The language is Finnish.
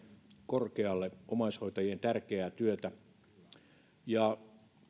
korkealle omaishoitajien tärkeää työtä